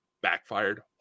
backfired